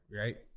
right